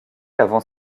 avant